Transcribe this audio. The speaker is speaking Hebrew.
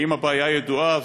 1. האם הבעיה ידועה?